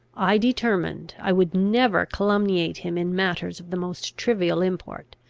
i determined i would never calumniate him in matters of the most trivial import,